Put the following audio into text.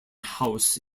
house